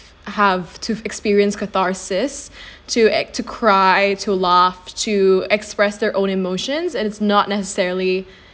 have to experience catharsis to act to cry to laugh to express their own emotions and it's not necessarily